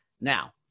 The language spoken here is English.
Now